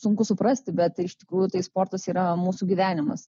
sunku suprasti bet iš tikrųjų tai sportas yra mūsų gyvenimas